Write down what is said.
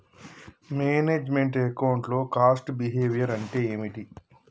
Manage meant account లో cost behaviour అంటే ఏమిటి?